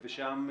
ושם,